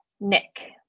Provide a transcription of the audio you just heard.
Nick